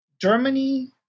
Germany